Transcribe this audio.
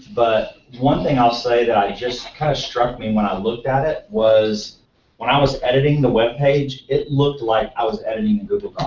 but one thing i'll say that just kind of struck me when i looked at it was when i was editing the webpage, it looked like i was editing a google